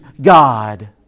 God